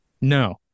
No